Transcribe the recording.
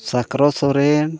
Sakro Soren